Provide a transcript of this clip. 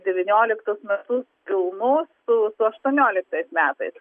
devynioliktus metus pilnus su su aštuonioliktais metais